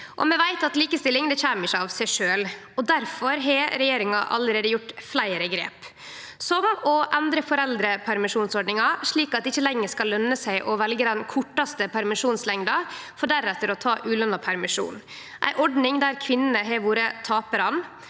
Vi veit at likestilling ikkje kjem av seg sjølv, og difor har regjeringa allereie gjort fleire grep, som å endre foreldrepermisjonsordninga slik at det ikkje lenger skal løne seg å velje den kortaste permisjonslengda for deretter å ta ulønt permisjon. Det er ei ordning der kvinnene har vore taparane